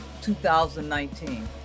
2019